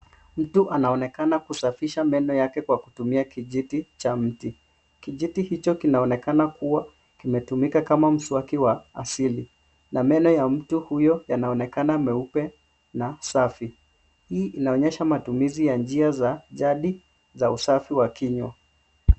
Mtu anaonekana kusafisha meno yake kwa kutumia kijiti cha mti. Kijiti hicho kinaonekana kuwa kimetumika kama mswaki wa asili na meno ya mtu huyo yanaonekana meupe na safi. Hii inaonyesha matumizi ya njia za jadi za usafi wa kinywa.